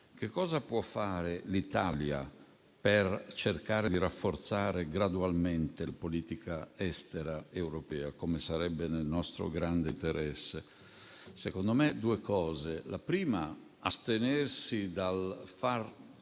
Che cosa può fare l'Italia per cercare di rafforzare gradualmente la politica estera europea, come sarebbe nel nostro grande interesse? Secondo me, due cose: la prima, astenersi dal far